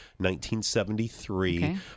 1973